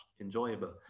enjoyable